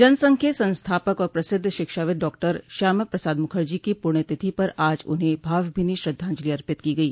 जन संघ के संस्थापक और प्रसिद्ध शिक्षाविद् डॉक्टर श्यामा प्रसाद मुखर्जी की पुण्य तिथि पर आज उन्हें भावभीनी श्रद्धाजंलि अर्पित की गई